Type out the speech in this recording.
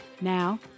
Now